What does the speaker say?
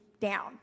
down